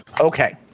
Okay